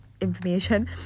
information